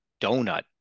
donut